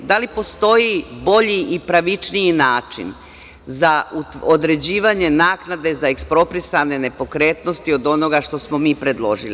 Da li postoji bolji i pravičniji način za određivanje naknade za eksproprisane nepokretnosti od onoga što smo mi predložili?